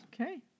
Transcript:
Okay